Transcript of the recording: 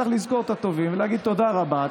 צריך לזכור את הטובים ולהגיד תודה רבה.